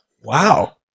wow